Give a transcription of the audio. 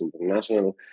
international